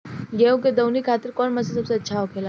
गेहु के दऊनी खातिर कौन मशीन सबसे अच्छा होखेला?